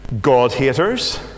God-haters